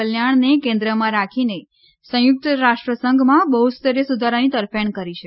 કલ્યાણને કેન્દ્રમાં રાખીને સંયુક્ત રાષ્ટ્ર સંઘમાં બહ્સ્તરીય સુધારાની તર ફેણ કરી છે